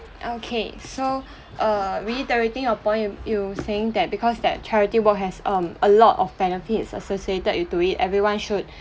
okay so uh reiterating your point you were saying that because that charity work has um a lot of benefits associated with doing it everyone should